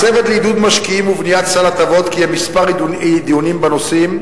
הצוות לעידוד משקיעים ובניית סל הטבות קיים כמה דיונים בנושאים: